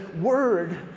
word